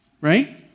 right